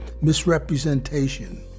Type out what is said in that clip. misrepresentation